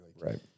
Right